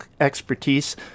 expertise